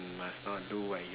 you must not do what you